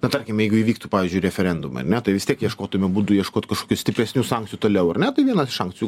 na tarkim jeigu įvyktų pavyzdžiui referendumai ar ne tai vis tiek ieškotume būdų ieškot kažkokių stipresnių sankcijų toliau ar ne tai viena iš sankcijų